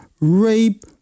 rape